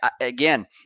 again